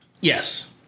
Yes